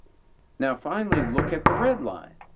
now finally, look at the red line,